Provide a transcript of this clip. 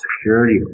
security